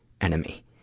enemy